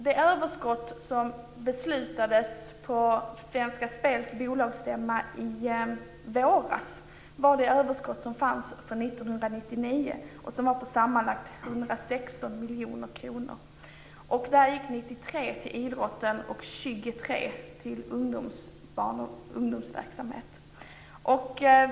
De överskott som de beslutades om på Svenska Spels bolagsstämma i våras var överskotten för 1999 och var på sammanlagt 116 miljoner kronor. 93 gick till idrotten och 23 till barn och ungdomsverksamhet.